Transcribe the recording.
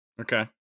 Okay